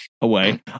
away